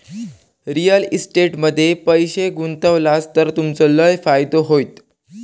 real estate मध्ये पैशे गुंतवलास तर तुमचो लय फायदो होयत